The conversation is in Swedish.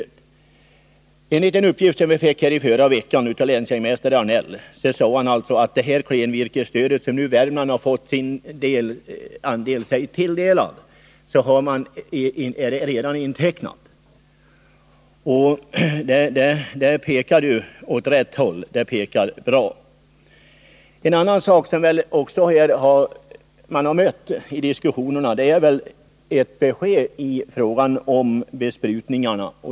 Enligt en uppgift som vi fick i förra veckan av länsjägmästare Arnell är det klenvirkesstöd som Värmland fått sig tilldelat redan intecknat. Det pekar åt rätt håll, och det är bra. En annan fråga som kommer upp i diskussionerna är att man väntat ett besked i frågan om besprutningarna.